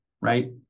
right